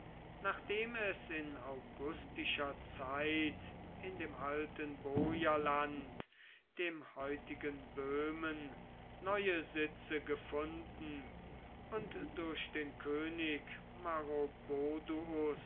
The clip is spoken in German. nachdem es in augustischer zeit in dem alten boierland dem heutigen böhmen neue sitze gefunden und durch den könig